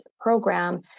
program